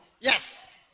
Yes